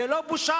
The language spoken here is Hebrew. זאת לא בושה.